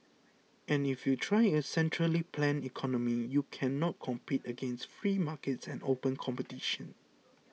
and if you try a centrally planned economy you cannot compete against free markets and open competition